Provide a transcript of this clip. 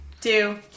two